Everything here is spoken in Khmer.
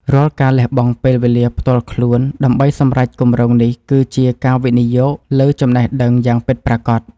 រាល់ការលះបង់ពេលវេលាផ្ទាល់ខ្លួនដើម្បីសម្រេចគម្រោងនេះគឺជាការវិនិយោគលើចំណេះដឹងយ៉ាងពិតប្រាកដ។